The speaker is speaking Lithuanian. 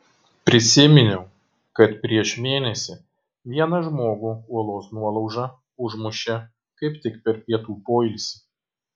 prisiminiau kad prieš mėnesį vieną žmogų uolos nuolauža užmušė kaip tik per pietų poilsį